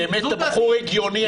באמת אתה בחור הגיוני,